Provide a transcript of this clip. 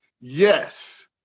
Yes